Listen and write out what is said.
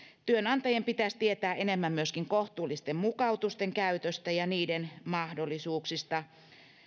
työnantajien pitäisi tietää enemmän myöskin kohtuullisten mukautusten käytöstä ja niiden mahdollisuuksista